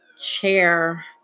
chair